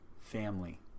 family